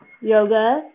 Yoga